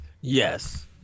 yes